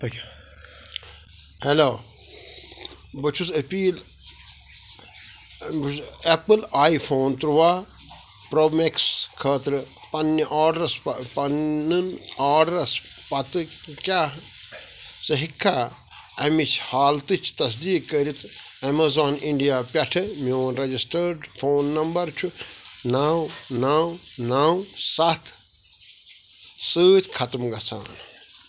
hello بہٕ چھُس Apple بہٕ چھُس ایپل آی فون ترُواہ پرو میکٕس خٲطرٕ پنٛنہِ آرڈرس پہ پنٛنٕن آرڈرس پتہٕ کیٛاہ ژٕ ہیٚککھا اَمِچ حالتٕچ تصدیٖق کٔرِتھ ایمیزان انڈیا پٮ۪ٹھٕ میون رجسٹٲرڈ فون نمبر چھِ نو نو نو سَتھ سۭتۍ ختم گَژھان